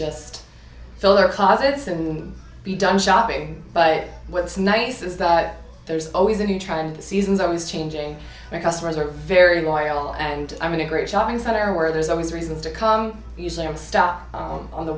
just filler closets and be done shopping but what's nice is that there's always a new trial the seasons are always changing my customers are very loyal and i mean a great shopping center where there's always reasons to use and stop on the